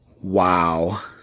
Wow